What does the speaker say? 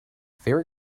fair